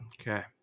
okay